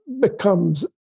becomes